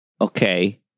Okay